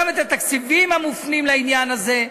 גם את התקציבים המופנים לעניין הזה.